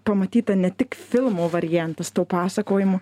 pamatyta ne tik filmo variantas to pasakojimo